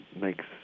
makes